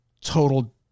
total